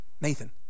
Nathan